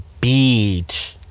beach